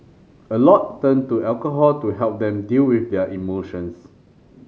a lot turn to alcohol to help them deal with their emotions